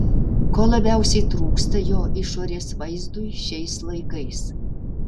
ko labiausiai trūksta jo išorės vaizdui šiais laikais